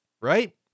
right